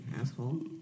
asshole